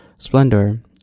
splendor